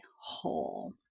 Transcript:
whole